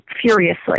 furiously